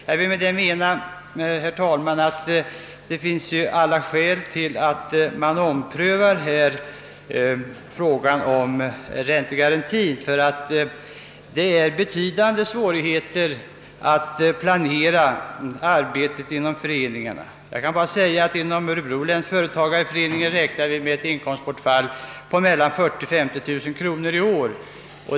Jag vill med det anförda ha sagt, herr talman, att det enligt min mening finns all anledning att ompröva frågan om räntegarantin, ty det är betydande svårigheter att planera arbetet inom föreningarna. Jag kan bara nämna att vi inom Örebro läns företagareförening räknar med ett inkomstbortfall på mellan 40 000 och 50 000 kronor i år.